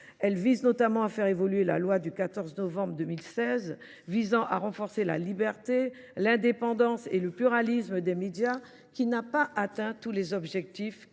Elle vise notamment à faire évoluer la loi du 14 novembre 2016 visant à renforcer la liberté, l’indépendance et le pluralisme des médias, qui n’a pas permis d’atteindre tous les objectifs